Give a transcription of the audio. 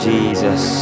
Jesus